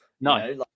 No